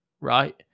right